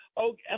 Okay